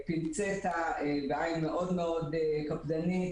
בפינצטה, בעין מאוד קפדנית